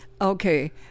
okay